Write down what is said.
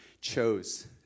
chose